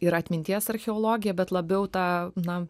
ir atminties archeologija bet labiau ta na